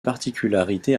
particularités